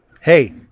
Hey